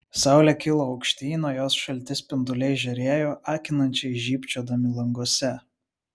saulė kilo aukštyn o jos šalti spinduliai žėrėjo akinančiai žybčiodami languose